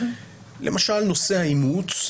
למשל, נושא אימוץ.